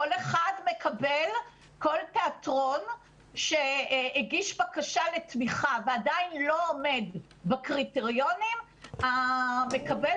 כל תיאטרון שהגיש בקשה לתמיכה ועדיין לא עומד בקריטריונים מקבל